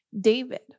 David